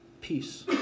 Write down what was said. peace